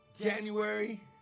January